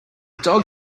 dog